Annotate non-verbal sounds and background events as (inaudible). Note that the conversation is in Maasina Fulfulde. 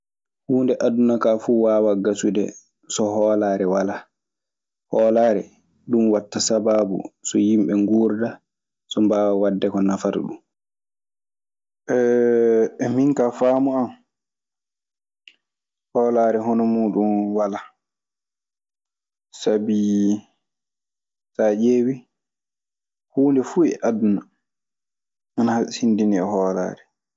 Huunde aduna kaa fuu waawaa gasude so hoolaare walaa. Hoolaare, ɗun waɗta sabaabu so yimɓe nguurda, so mbaawa waɗde ko nafata ɗun. (hesitation) Min kaa faamu an, hoolaare hono muuɗun walaa. Sabii saa ƴeewii, huunde fuu e aduna ana hasindinii e hoolaare.